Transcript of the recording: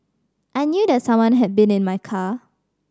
I knew that someone had been in my car